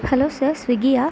hello sir ஸ்விக்கியா